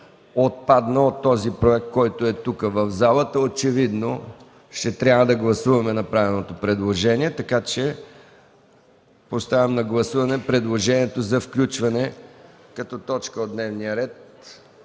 отпадна от този проект, който е тук, в залата. Очевидно ще трябва да гласуваме направеното предложение. Поставям на гласуване предложението за включване като точка от дневния ред